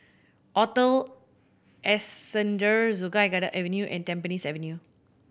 Hotel Ascendere Sungei Kadut Avenue and Tampines Avenue